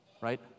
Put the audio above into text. Right